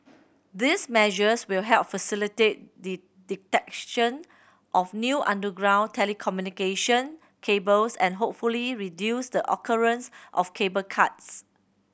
these measures will help facilitate the detection of new underground telecommunication cables and hopefully reduce the occurrence of cable cuts